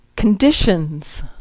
Conditions